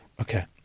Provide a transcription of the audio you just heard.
Okay